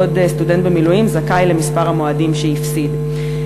בעוד סטודנט במילואים זכאי למספר המועדים שהפסיד.